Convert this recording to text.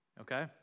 Okay